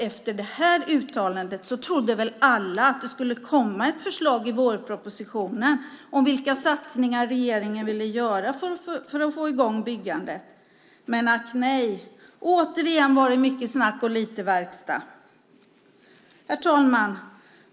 Efter detta uttalande trodde väl alla att det skulle komma ett förslag i vårpropositionen om vilka satsningar som regeringen vill göra för att få i gång byggandet. Men, ack nej, återigen var det mycket snack och lite verkstad. Herr talman!